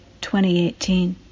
2018